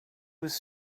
was